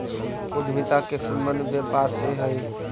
उद्यमिता के संबंध व्यापार से हई